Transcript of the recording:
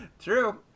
true